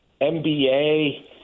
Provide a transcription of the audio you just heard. MBA